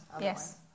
yes